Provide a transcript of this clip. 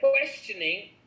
questioning